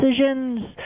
decisions